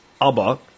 Abba